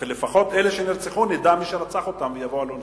ולפחות אלה שנרצחו נדע מי רצח אותם והוא יבוא על עונשו.